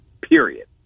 period